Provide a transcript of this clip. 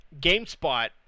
GameSpot